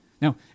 Now